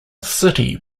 city